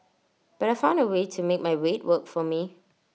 but I found A way to make my weight work for me